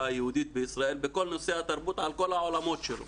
היהודית בישראל בכל נושא התרבות על כל העולמות שלו.